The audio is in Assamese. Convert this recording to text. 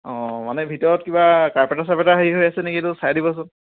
অঁ মানে ভিতৰত কিবা কাৰ্পেটাৰ চাৰপেটাৰ হেৰি হৈ আছে নেকি এইটো চাই দিবোচান